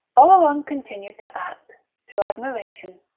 oleron continued to act to admiration.